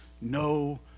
no